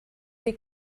sie